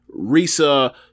Risa